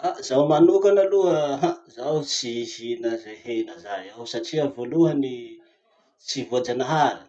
Ah zaho manokana aloha hum, zaho tsy hihina zay hena zay aho satria voalohany tsy voajanahary.